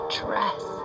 dress